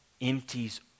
empties